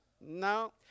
No